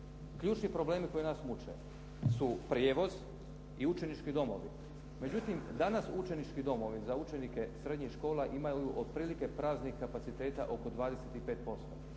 Ključni problemi koji nas muče su prijevoz i učenički domovi. Međutim, danas učenički domovi za učenike srednjih škola imaju otprilike praznih kapaciteta oko 25%,